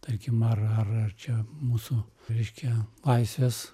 tarkim ar ar ar čia mūsų reiškia laisvės